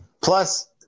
Plus